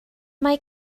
mae